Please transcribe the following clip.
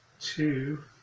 two